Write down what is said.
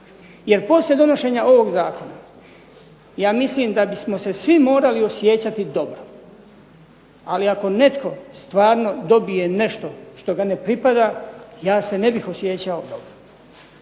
jer poslije donošenja ovog zakona ja mislim da bismo se svi morali osjećati dobro, ali ako netko stvarno dobije nešto što ga ne pripada ja se ne bih osjećao dobro.